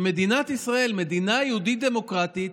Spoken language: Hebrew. שמדינת ישראל, מדינה יהודית דמוקרטית,